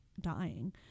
dying